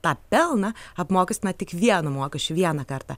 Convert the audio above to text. tą pelną apmokestina tik vienu mokesčiu vieną kartą